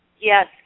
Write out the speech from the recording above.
Yes